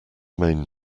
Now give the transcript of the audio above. main